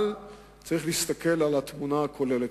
אבל צריך להסתכל על התמונה הכוללת.